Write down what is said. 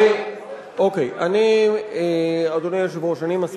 אני רוצה לענות לך.